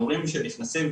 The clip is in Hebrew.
המורים שנכנסים,